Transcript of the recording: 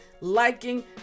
liking